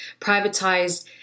privatized